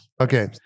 Okay